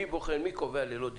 מי קובע "ללא דיחוי"?